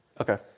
Okay